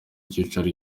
icyicaro